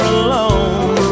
alone